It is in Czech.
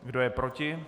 Kdo je proti?